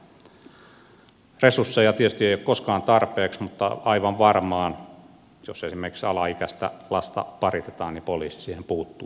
resursseja tietysti ei ole koskaan tarpeeksi mutta aivan varmaan jos esimerkiksi alaikäistä lasta paritetaan poliisi siihen puuttuu